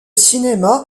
cinéma